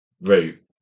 route